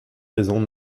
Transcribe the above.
raisons